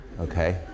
okay